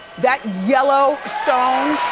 that yellow stones.